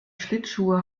schlittschuhe